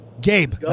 Gabe